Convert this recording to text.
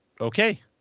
okay